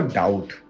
doubt